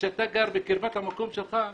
כשאתה גר בקרבת המקום שלך,